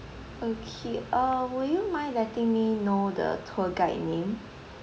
okay uh would you mind letting me know the tour guide name